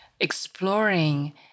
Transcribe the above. exploring